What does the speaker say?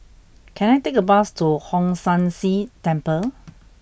can I take a bus to Hong San See Temple